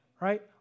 Right